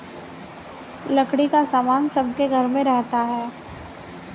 लकड़ी का सामान सबके घर में रहता है